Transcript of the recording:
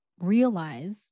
realize